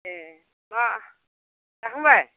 एह मा जाखांबाय